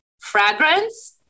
fragrance